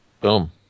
Boom